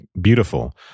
beautiful